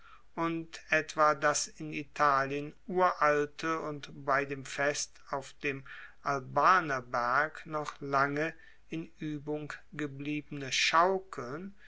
und etwa das in italien uralte und bei dem fest auf dem albaner berg noch lange in uebung gebliebene schaukeln